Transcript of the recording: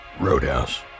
Roadhouse